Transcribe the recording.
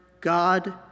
God